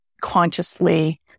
consciously